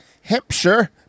Hampshire